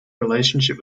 relationship